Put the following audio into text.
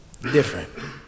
different